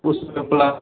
उस पर